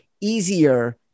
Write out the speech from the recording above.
easier